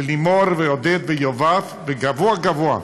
ללימור, עודד ויובב, וגבוה-גבוה,